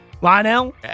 Lionel